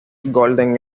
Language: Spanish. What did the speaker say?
golden